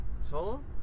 Solo